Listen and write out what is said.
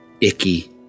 Icky